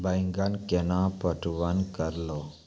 बैंगन केना पटवन करऽ लो?